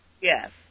Yes